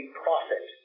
profit